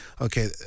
okay